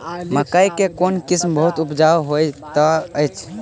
मकई केँ कोण किसिम बहुत उपजाउ होए तऽ अछि?